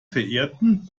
verehrten